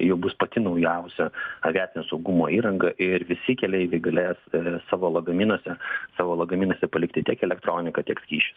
jau bus pati naujausia aviacinio saugumo įranga ir visi keleiviai galės savo lagaminuose savo lagaminuose palikti tiek elektroniką tiek skysčius